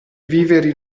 viveri